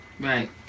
Right